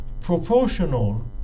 proportional